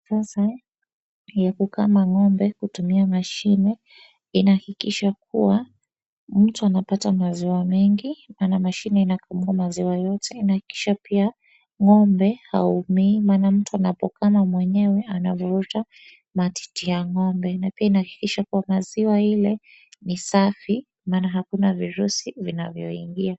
Pesa ya kukama ng'ombe kutumia mashine inahakikisha kuwa mtu anapata maziwa mengi maana mashine inakamua maziwa yote inahakikisha pia ng'ombe haumi, maana mtu anapokamua mwenyewe anavuta matiti ya ng'ombe na pia inahakikisha maziwa ile ni safi maana hakuna virusi vinavyoingia.